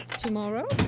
Tomorrow